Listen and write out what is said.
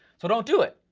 so don't do it.